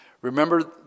remember